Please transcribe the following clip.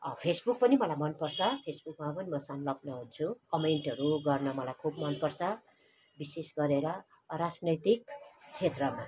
Facebook पनि मलाई मन पर्छ फेसबुकमा पनि म संलग्न हुन्छु कमेन्टहरू गर्न मलाई खुब मन पर्छ विशेष गरेर राजनैतिक क्षेत्रमा